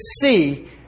see